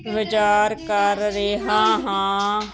ਵਿਚਾਰ ਕਰ ਰਿਹਾ ਹਾਂ